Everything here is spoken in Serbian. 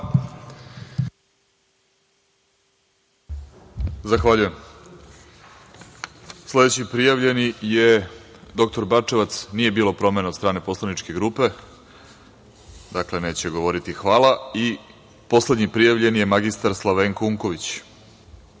Zahvaljujem. Sledeći prijavljeni je dr Bačevac. Nije bilo promene od strane poslaničke grupe. Dakle, neće govoriti. Hvala. Poslednji prijavljen je magistar Slavenko